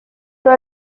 todo